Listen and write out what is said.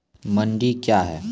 मंडी क्या हैं?